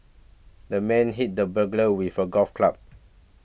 the man hit the burglar with a golf club